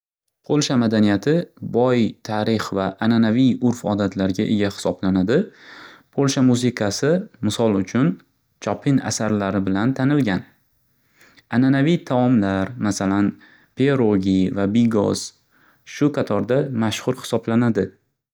Polsha madaniyati bosh tarix va ananaviy urf-odatlarga ega hisoblanadi. Polsha musiqasi misol uchun, Chopin asarlari bilan tanilgan. Ananaviy taomlar masalan, pierogi va bigos shu qatorda mashxur hisoblanadi.